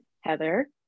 heather